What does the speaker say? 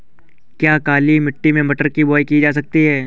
क्या काली मिट्टी में मटर की बुआई की जा सकती है?